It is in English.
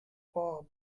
bob